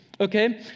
Okay